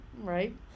Right